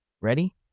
Ready